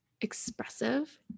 expressive